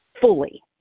fully